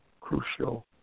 crucial